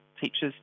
teachers